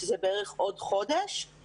שזה בערך עוד חודש,